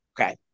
okay